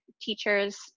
teachers